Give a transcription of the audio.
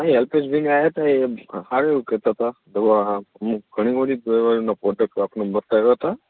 નહિ અલ્પેશભઈ અને એ આવ્યા તે એ સારું એવું કહેતા હતા દવા અમુક ઘણી બધી દવાઓનાં ફોટો આપણને બતાવ્યા હતા